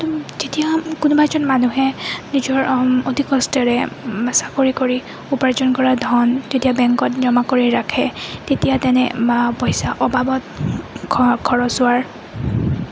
যেতিয়া কোনোবা এজন মানুহে নিজৰ অতি কষ্টৰে চাকৰি কৰি উপাৰ্জন কৰা ধন যেতিয়া বেংকত জমা কৰি ৰাখে তেতিয়া তেনে বা পইচা অবাবত খৰচ হোৱাৰ